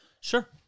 Sure